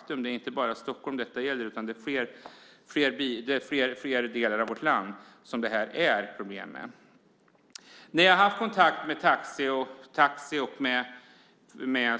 Detta gäller inte bara Stockholm, utan det är i fler delar av vårt land som detta är ett problem. När jag har haft kontakt med taxi och